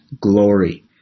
glory